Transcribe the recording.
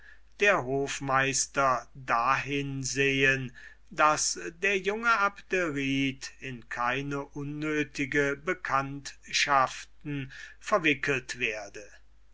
der hofmeister dahin sehen daß der junge abderite in keine unnötige bekanntschaften verwickelt werde